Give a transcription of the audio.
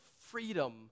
freedom